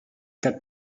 quatre